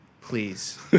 please